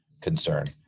concern